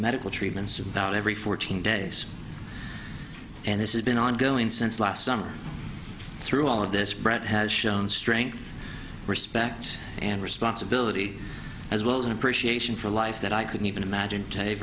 medical treatments about every fourteen days and this is been ongoing since last summer through all of this brett has shown strength respect and responsibility as well as an appreciation for life that i couldn't even imagine ta